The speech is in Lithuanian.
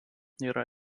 yra